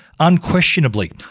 unquestionably